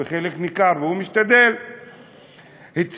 בחלק ניכר, והוא משתדל, הצהיר: